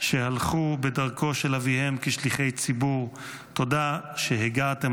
שהלכו בדרכו של אביהם כשליחי ציבורץ תודה שהגעתם